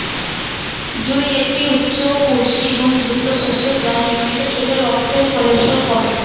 জই একটি উচ্চ পুষ্টিগুণযুক্ত শস্য যা নিয়মিত খেলে রক্তের কোলেস্টেরল কমে